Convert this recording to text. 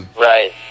Right